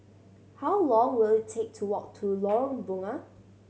how long will it take to walk to Lorong Bunga